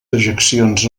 dejeccions